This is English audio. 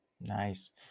Nice